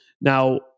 Now